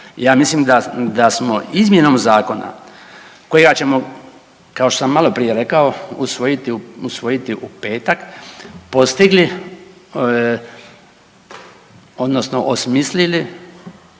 Ja mislim da smo izmjenom zakona kojega ćemo kao što sam malo prije rekao usvojiti u petak postigli odnosno osmislili,